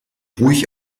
ruhig